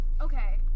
Okay